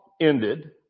ended